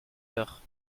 heures